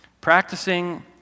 Practicing